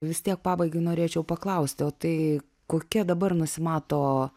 vis tiek pabaigai norėčiau paklausti o tai kokie dabar nusimato